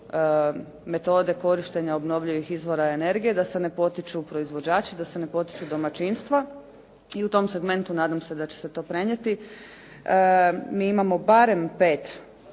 metode korištenja obnovljivih izvora energije, da se ne potiču proizvođači, da se ne potiču domaćinstva i u tom segmentu nadam se da će se to prenijeti, mi imamo barem pet